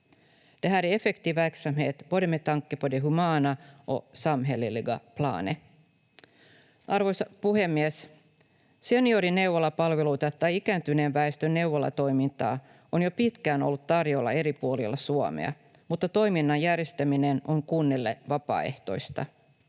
Arvoisa puhemies! Seniorineuvolapalveluita tai ikääntyneen väestön neuvolatoimintaa on jo pitkään ollut tarjolla eri puolilla Suomea, mutta toiminnan järjestäminen on kunnille vapaaehtoista.